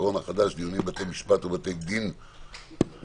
הקורונה החדש) (דיונים בבתי משפט ובבתי דין צבאיים.